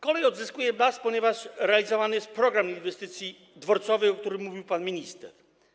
Kolej odzyskuje blask, ponieważ realizowany jest „Program inwestycji dworcowych”, o którym mówił pan minister.